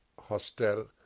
hostel